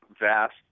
vast